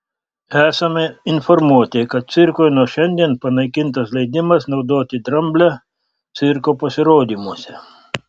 esame informuoti kad cirkui nuo šiandien panaikintas leidimas naudoti dramblę cirko pasirodymuose